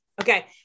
okay